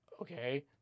Okay